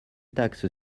taxe